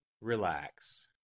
Relax